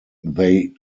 they